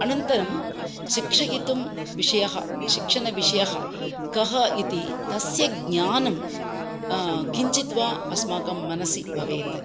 अनन्तरं शिक्षयितुं विषयः शिक्षणविषयः कः इति तस्य ज्ञानं किञ्चित् वा अस्माकं मनसि भवेत्